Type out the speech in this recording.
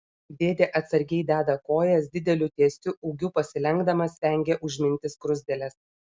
dėdė atsargiai deda kojas dideliu tiesiu ūgiu pasilenkdamas vengia užminti skruzdėles